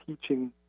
teaching